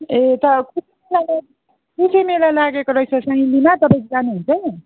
ए यता कृषि मेला लागेको रहेछ तपाईँ जानुहुन्छ